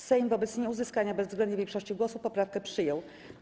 Sejm wobec nieuzyskania bezwzględnej większości głosów poprawkę przyjął.